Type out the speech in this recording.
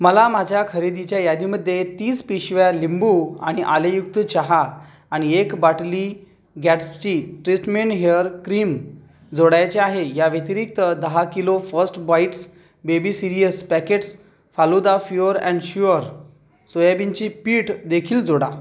मला माझ्या खरेदीच्या यादीमधे तीस पिशव्या लिंबू आणि आलेयुक्त चहा आणि एक बाटली गॅट्सची ट्रीटमेंट हेअर क्रीम जोडायचे आहे या व्यतिरिक्त दहा kilo first bites baby cereals packets falooda pure and sure सोयाबिनची पीठदेखील जोडा